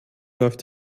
läuft